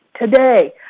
today